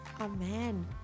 Amen